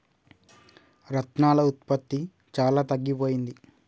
రత్నాల ఉత్పత్తి చాలా తగ్గిపోయింది